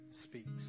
speaks